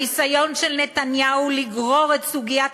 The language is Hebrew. הניסיון של נתניהו לגרור את סוגיית